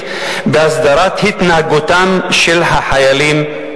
השכירות והשאילה (תיקון,